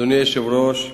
אדוני היושב-ראש,